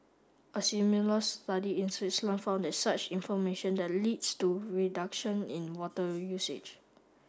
a similar study in Switzerland found that such information that leads to reduction in water usage